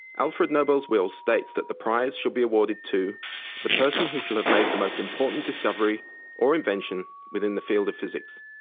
alfred nobel's will states that the prize shall be awarded to the person who shall have made the most important discovery or invention within the field of physics.